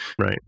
Right